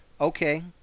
Okay